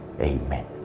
Amen